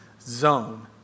zone